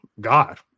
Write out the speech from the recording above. God